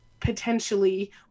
potentially